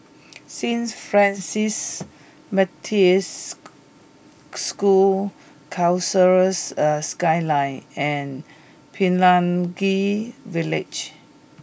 Saint Francis materia School Concourse Skyline and Pelangi Village